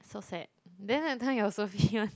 so sad then that time you also